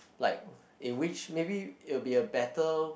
like in which maybe it will be a battle